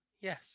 yes